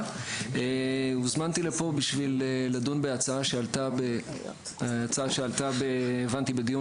הוזמנתי לפה כדי לדון בהצעה שעלתה בדיון